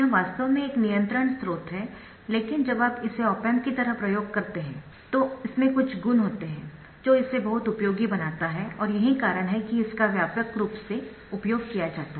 यह वास्तव में एक नियंत्रण स्रोत है लेकिन जब इसे ऑप एम्प की तरह प्रयोग किया जाता है तो इसमें कुछ गुण होते है जो इसे बहुत उपयोगी बनाता है और यही कारण है कि इसका व्यापक रूप से उपयोग किया जाता है